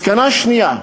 מסקנה שנייה: